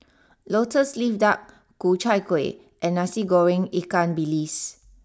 Lotus leaf Duck Ku Chai Kuih and Nasi Goreng Ikan bilis